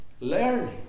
Learning